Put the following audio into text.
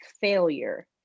failure